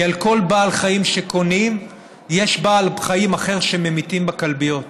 כי על כל בעל חיים שקונים יש בעל חיים אחר שממיתים בכלביות.